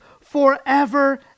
forever